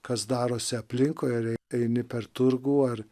kas darosi aplinkui ar eini per turgų ar